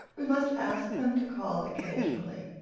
we must ask them to call occasionally.